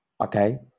okay